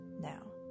now